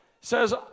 says